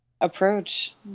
approach